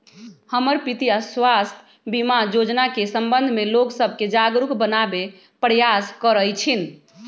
हमर पितीया स्वास्थ्य बीमा जोजना के संबंध में लोग सभके जागरूक बनाबे प्रयास करइ छिन्ह